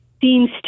seems